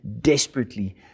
desperately